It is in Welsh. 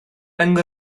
yng